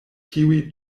tiuj